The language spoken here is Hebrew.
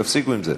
תפסיקו עם זה.